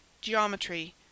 geometry